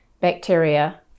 bacteria